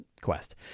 quest